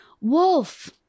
Wolf